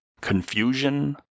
confusion